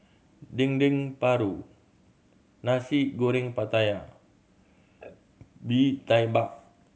Dendeng Paru Nasi Goreng Pattaya Bee Tai Mak